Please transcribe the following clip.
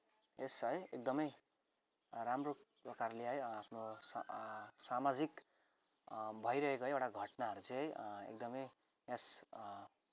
यस है एकदमै राम्रो प्रकारले हौ आफ्नो सामाजिक भइरहेको है एउटा घटनाहरू चाहिँ एकदमै यस